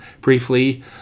briefly